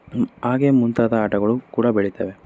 ಹಾಗೆ ಮುಂತಾದ ಆಟಗಳು ಕೂಡ ಬೆಳಿತವೆ